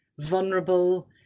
vulnerable